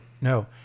no